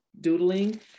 doodling